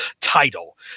title